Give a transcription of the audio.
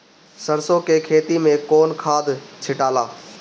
सरसो के खेती मे कौन खाद छिटाला?